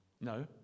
no